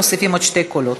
מוסיפים עוד שני קולות.